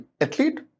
athlete